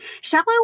Shallow